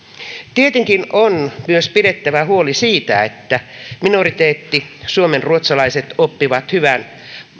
tietenkin on myös pidettävä huoli siitä että minoriteetti suomenruotsalaiset oppii hyvän